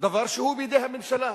דבר שהוא בידי הממשלה,